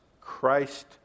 Christ